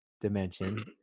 dimension